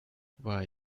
why